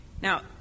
Now